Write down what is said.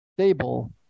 Stable